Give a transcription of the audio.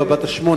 אווה בת השמונה.